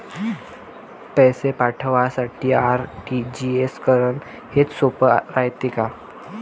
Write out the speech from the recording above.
पैसे पाठवासाठी आर.टी.जी.एस करन हेच सोप रायते का?